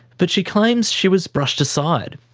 but she claims she was brushed aside.